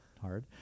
hard